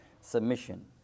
submission